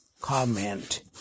comment